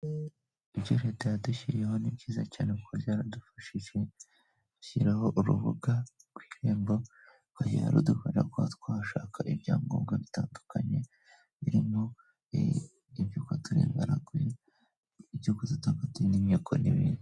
Ibyo leta yadushyiriyeho ni byiza cyane kuko byaradufashije, idushyiriiraho urubuga rw'Irembo ruzajya rudufasha kuba twashaka ibyangombwa bitandukanye, birimo ibyuko turi ingaragu cyangwa se n'inkiko n'ibindi.